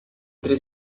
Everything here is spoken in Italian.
tre